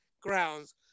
grounds